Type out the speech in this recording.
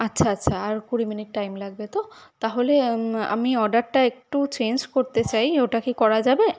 আচ্ছা আচ্ছা আর কুড়ি মিনিট টাইম লাগবে তো তাহলে আমি অর্ডারটা একটু চেঞ্জ করতে চাই ওটা কি করা যাবে